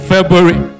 February